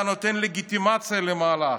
אתה נותן לגיטימציה למהלך,